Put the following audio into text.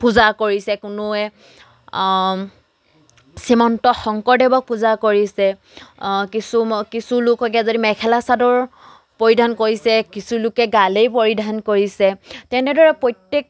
পূজা কৰিছে কোনোৱে শ্ৰীমন্ত শংকৰদেৱক পূজা কৰিছে কিছু কিছু লোকে যদি মেখেলা চাদৰ পৰিধান কৰিছে কিছু লোকে গালেই পৰিধান কৰিছে তেনেদৰে প্ৰত্যেক